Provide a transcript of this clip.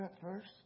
first